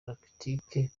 rakitić